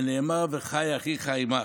ונאמר "וחי אחיך עמך".